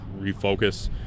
refocus